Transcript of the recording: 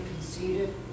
conceited